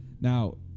Now